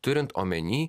turint omeny